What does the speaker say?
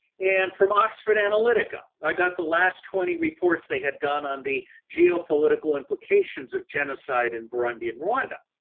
and, from oxford analytica, i got the last twenty reports they had done on the geo-political implications of genocide in burundi and rwanda.